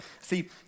See